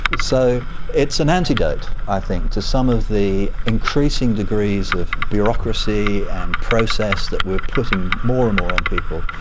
so it's an antidote i think to some of the increasing degrees of bureaucracy and process that we are putting more and more on people,